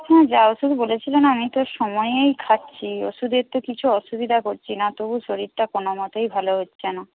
হুম যা ওষুধ বলেছিলেন আমি তো সময়েই খাচ্ছি ওষুধের তো কিছু অসুবিধা করছি না তবু শরীরটা কোনোমতেই ভালো হচ্ছে না